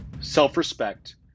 self-respect